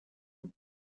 une